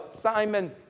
Simon